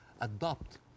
adopt